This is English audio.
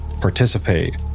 participate